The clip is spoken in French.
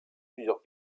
plusieurs